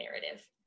narrative